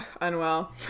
Unwell